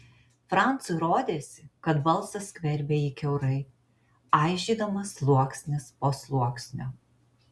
franciui rodėsi kad balsas skverbia jį kiaurai aižydamas sluoksnis po sluoksnio